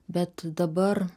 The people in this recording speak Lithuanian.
bet dabar